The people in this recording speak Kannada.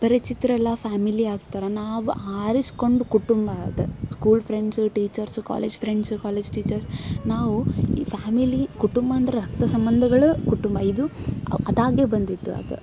ಅಪರಿಚಿತರೆಲ್ಲ ಫ್ಯಾಮಿಲಿ ಆಗ್ತಾರೆ ನಾವು ಆರಿಸ್ಕೊಂಡು ಕುಟುಂಬ ಅದು school friends teachers college friends college teachers ನಾವು ಈ ಫ್ಯಾಮಿಲಿ ಕುಟುಂಬ ಅಂದ್ರೆ ರಕ್ತ ಸಂಬಂಧಗಳೇ ಕುಟುಂಬ ಇದು ಅದಾಗೆ ಬಂದಿದ್ದು ಅದು